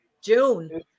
June